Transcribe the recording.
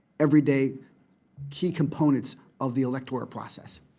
everyday key components of the electoral process.